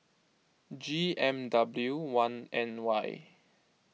G M W one N Y